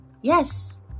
Yes